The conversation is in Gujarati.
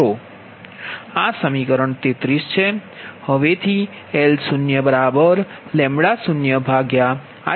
આ સમીકરણ 33 છે